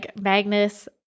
Magnus